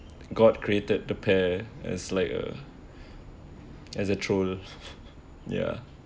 god created the pear it's like uh it's a troll ya